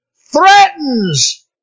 threatens